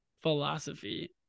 philosophy